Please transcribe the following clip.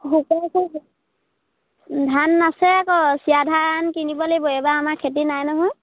শুকুৱাইছোঁ ধান নাছে আকৌ চিৰা ধান কিনিব লাগিব এইবাৰ আমাৰ খেতি নাই নহয়